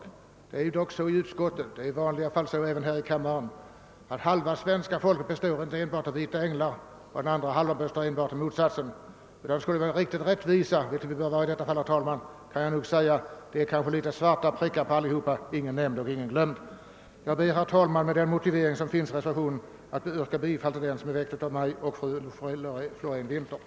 I utskottet — och i vanliga fall också här i kammaren — brukar vi ha klart för oss att det inte förhåller sig så, att halva svenska folket består enbart av vita änglar och den andra hälften enbart av motsatsen. Skall jag vara riktigt rättvis, herr talman, vill jag nog säga att det finns litet svarta prickar på oss alla, ingen nämnd och ingen glömd. Jag ber, herr talman, med den motivering som anförts i reservationen av fru Floren-Winther och mig att få yrka bifall till denna.